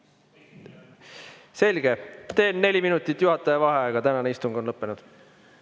Selge, teen neli minutit juhataja vaheaega. Tänane istung on lõppenud.